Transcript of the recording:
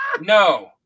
No